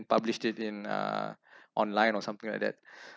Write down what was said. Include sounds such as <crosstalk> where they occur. published it in uh <breath> online or something like that <breath>